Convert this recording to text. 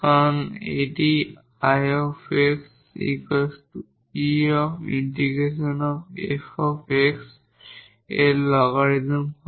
কারণ এটি 𝐼 𝑥 𝑒 ∫ 𝑓 𝑥 এর লগারিদমিক হয়